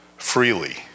freely